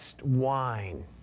wine